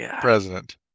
president